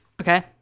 Okay